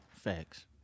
Facts